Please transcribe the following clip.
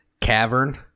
Cavern